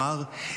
אמר,